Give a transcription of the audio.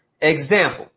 example